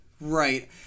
right